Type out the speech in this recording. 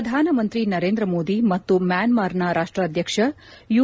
ಪ್ರಧಾನಮಂತ್ರಿ ನರೇಂದ್ರ ಮೋದಿ ಮತ್ತು ಮ್ಹಾನ್ಮಾರ್ನ ರಾಷ್ಪಾಧ್ಯಕ್ಷ ಯು